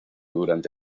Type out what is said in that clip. durante